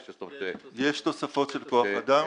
יש תוספות של כוח אדם.